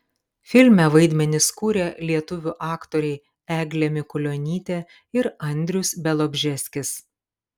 filme vaidmenis kūrė lietuvių aktoriai eglė mikulionytė ir andrius bialobžeskis